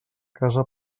casa